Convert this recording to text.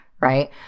right